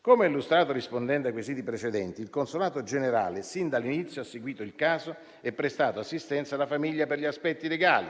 Come illustrato rispondendo ai quesiti precedenti, il consolato generale sin dall'inizio ha seguito il caso e prestato assistenza alla famiglia per gli aspetti legali.